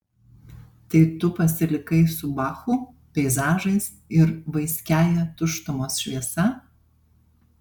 tai tu pasilikai su bachu peizažais ir vaiskiąja tuštumos šviesa